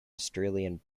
australian